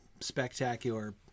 spectacular